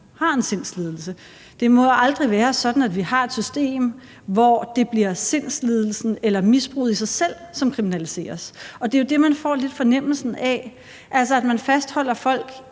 har en sindslidelse, må det jo aldrig være sådan, at vi har et system, hvor det bliver sindslidelsen eller misbruget i sig selv, som kriminaliseres. Og det er jo det, som man lidt får fornemmelsen af, altså at man fastholder folk